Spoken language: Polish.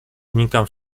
unikam